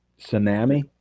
tsunami